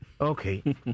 Okay